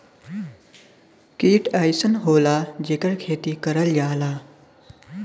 कीट अइसन होला जेकर खेती करल जाला